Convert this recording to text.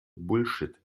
bullshit